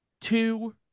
two